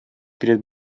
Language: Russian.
перед